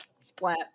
splat